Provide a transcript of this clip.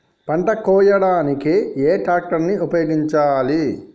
పంట కోయడానికి ఏ ట్రాక్టర్ ని ఉపయోగించాలి?